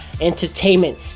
entertainment